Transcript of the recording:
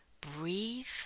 breathe